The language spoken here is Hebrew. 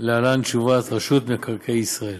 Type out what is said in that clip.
להלן תשובת רשות מקרקעי ישראל: